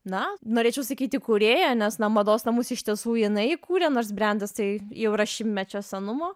na norėčiau sakyti kūrėja nes na mados namus iš tiesų jinai įkūrė nors brendas tai jau yra šimmečio senumo